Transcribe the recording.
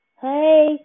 Hey